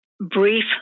brief